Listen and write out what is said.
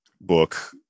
book